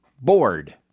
bored